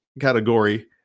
category